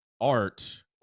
art